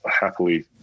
happily